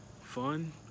Fun